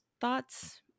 thoughts